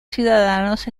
ciudadanos